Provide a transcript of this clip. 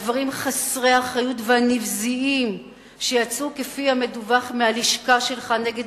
הדברים חסרי האחריות והנבזיים שיצאו כפי המדווח מהלשכה שלך נגד